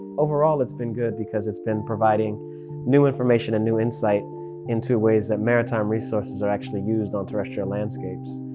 overall it's been good because it's been providing new information and new insight into ways that maritime resources are actually used on terrestrial landscapes.